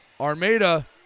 Armada